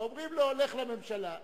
ואומרים לו: לך לממשלה.